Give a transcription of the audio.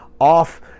off